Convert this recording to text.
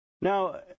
Now